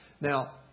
Now